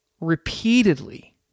repeatedly